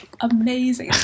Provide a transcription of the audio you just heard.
amazing